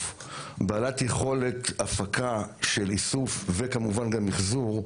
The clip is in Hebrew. בעלת יכולת הפקה של איסוף וכמובן גם מחזור,